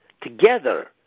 together